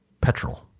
petrol